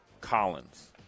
Collins